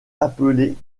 appelée